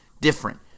different